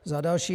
Za další.